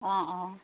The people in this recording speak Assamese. অঁ অঁ